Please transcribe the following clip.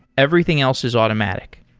everything else is automatic,